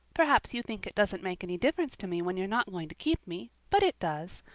perhaps you think it doesn't make any difference to me when you're not going to keep me, but it does.